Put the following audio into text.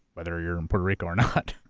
whether you're in puerto rico or not.